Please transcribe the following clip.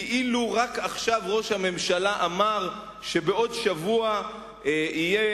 כאילו רק עכשיו ראש הממשלה אמר שבעוד שבוע יהיה